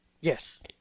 Yes